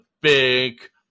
big